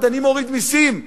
אני מוריד מסים,